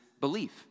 belief